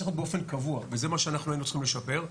צריך להיות באופן קבוע וזה מה שהיינו צריכים לשפר,